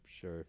Sure